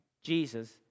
Jesus